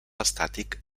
estàtic